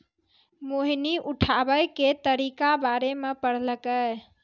मोहिनी उठाबै के तरीका बारे मे पढ़लकै